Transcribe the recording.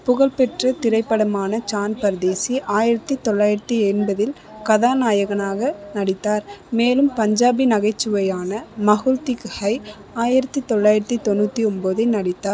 புகழ்பெற்ற திரைப்படமான சான் பர்தேசி ஆயிரத்தி தொள்ளாயிரத்தி எண்பதில் கதாநாயகனாக நடித்தார் மேலும் பஞ்சாபி நகைச்சுவையான மஹுல் தீக் ஹை ஆயிரத்தி தொள்ளாயிரத்தி தொண்ணூற்றி ஒம்போதில் நடித்தார்